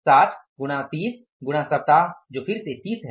60 गुणा 30 गुणा सप्ताह जो फिर से 30 है